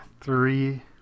Three